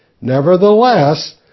Nevertheless